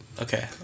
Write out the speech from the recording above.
Okay